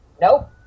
nope